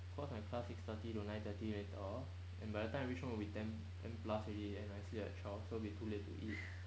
cause my class six thirty to nine thirty later and by the time I reach home will be ten ten plus already eh and I sleep at twelve so will be too late to eat